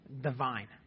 divine